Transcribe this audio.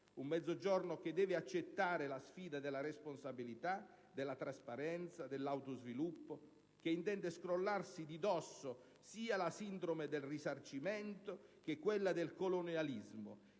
Un Mezzogiorno che deve accettare la sfida della responsabilità, della trasparenza, dell'autosviluppo, che intende scrollarsi di dosso sia la sindrome del risarcimento che quella del colonialismo,